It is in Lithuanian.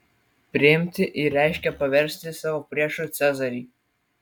priimti jį reiškė paversti savo priešu cezarį